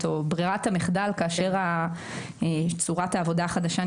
כך שגם הדוח הזה,